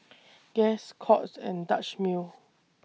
Guess Courts and Dutch Mill